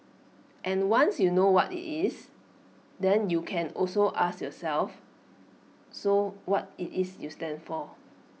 and once you know what IT is then you can also ask yourself so what is IT you stand for